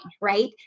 right